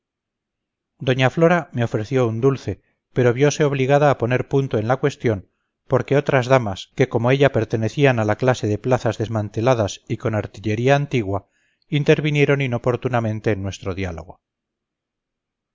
doña flora me ofreció un dulce pero viose obligada a poner punto en la cuestión porque otras damas que como ella pertenecían a la clase de plazas desmanteladas y con artillería antigua intervinieron inoportunamente en nuestro diálogo